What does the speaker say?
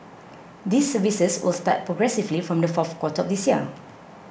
these services will start progressively from the fourth quarter of this year